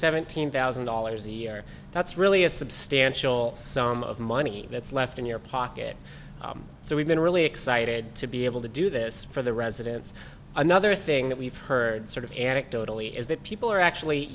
seventeen thousand dollars a year that's really a substantial sum of money that's left in your pocket so we've been really excited to be able to do this for the residents another thing that we've heard sort of anecdotally is that people are actually